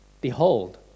Behold